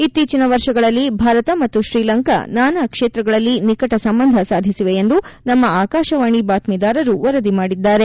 ಇತ್ತೀಚಿನ ವರ್ಷಗಳಲ್ಲಿ ಭಾರತ ಮತ್ತು ಶ್ರೀಲಂಕಾ ನಾನಾ ಕ್ಷೇತ್ರಗಳಲ್ಲಿ ನಿಕಟ ಸಂಬಂಧ ಸಾಧಿಸಿವೆ ಎಂದು ನಮ್ಮ ಆಕಾಶವಾಣಿ ಬಾತ್ಸೀದಾರರು ವರದಿ ಮಾಡಿದ್ದಾರೆ